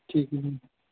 ਠੀਕ ਹੈ ਮੈਮ